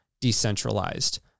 decentralized